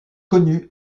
connue